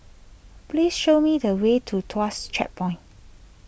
please show me the way to Tuas Checkpoint